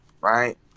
right